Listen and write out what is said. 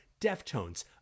Deftones